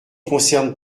concerne